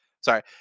sorry